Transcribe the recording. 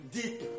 deep